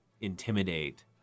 intimidate